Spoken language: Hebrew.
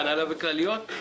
בהנהלה וכלליות?